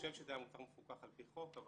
אני חושב שזה היה מוצר מפוקח על פי חוק.